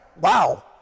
wow